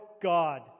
God